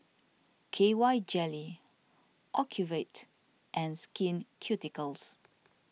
K Y Jelly Ocuvite and Skin Ceuticals